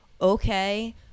okay